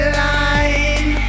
line